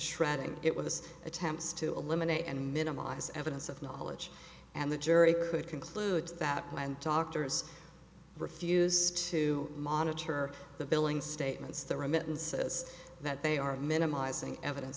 shredding it was attempts to eliminate and minimize evidence of knowledge and the jury could conclude that planned doctors refused to monitor the billing statements the remittances that they are minimizing evidence